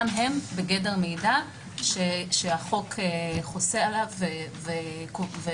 גם הם בגדר מידע שהחוק חוסה עליו וקובע